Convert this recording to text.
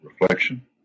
reflection